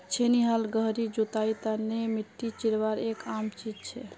छेनी हाल गहरी जुताईर तने मिट्टी चीरवार एक आम चीज छे